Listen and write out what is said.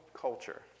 culture